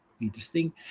interesting